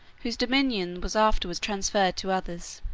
whose dominion was afterwards transferred to others.